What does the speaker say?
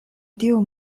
tiu